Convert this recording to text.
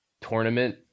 tournament